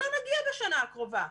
לא נגיע בשנה הקרובה.